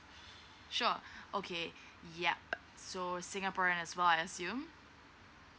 sure okay yup so singaporean as well I assume